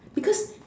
because